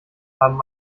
haben